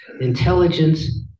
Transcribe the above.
intelligence